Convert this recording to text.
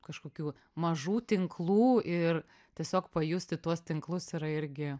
kažkokių mažų tinklų ir tiesiog pajusti tuos tinklus yra irgi